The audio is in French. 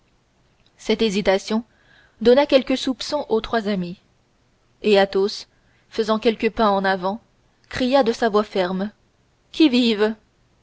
cette hésitation donna quelques soupçons aux trois amis et athos faisant quelques pas en avant cria de sa voix ferme qui vive